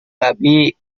babi